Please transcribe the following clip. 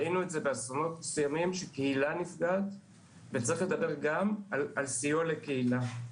באסונות כאלו גם הקהילה נפגעת וצריך לדבר גם על הסיוע לקהילה.